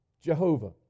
Jehovah